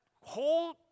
whole